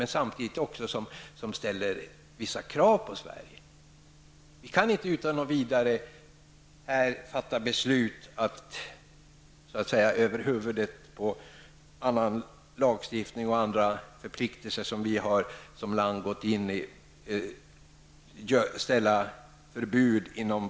Men den innebär samtidigt att det ställs vissa krav på Sverige. Vi kan inte utan vidare fatta beslut på patentlagstiftningens område som går stick i stäv emot lagstiftning och andra förpliktelser som vi har gått med på.